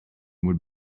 would